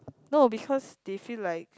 no because they feel like